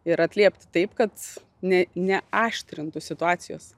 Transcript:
ir atliepti taip kad ne neaštrintų situacijos